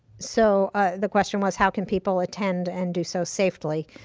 so ah the question was how can people attend and do so safely.